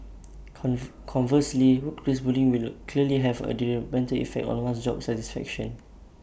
conversely workplace bullying will clearly have A detrimental effect on one's job satisfaction